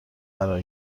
قرار